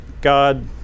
God